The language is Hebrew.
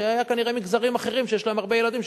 שהיה כנראה ממגזרים אחרים שיש להם הרבה ילדים,